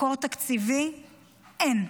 מקור תקציבי אין,